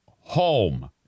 Home